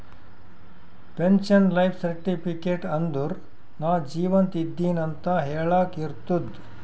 pension life certificate ಅಂದುರ್ ನಾ ಜೀವಂತ ಇದ್ದಿನ್ ಅಂತ ಹೆಳಾಕ್ ಇರ್ತುದ್